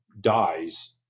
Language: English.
dies